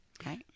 Okay